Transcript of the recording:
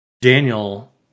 Daniel